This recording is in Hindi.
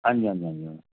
हाँ जी हाँ जी हाँ जी मैडम